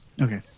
Okay